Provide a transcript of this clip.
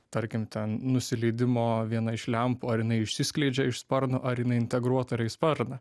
tarkim ten nusileidimo viena iš lempų ar jinai išsiskleidžia iš sparno ar jinai integruota yra į sparną